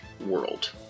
World